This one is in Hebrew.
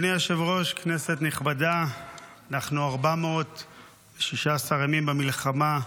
אנחנו 416 ימים במלחמה,